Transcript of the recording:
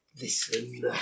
Listen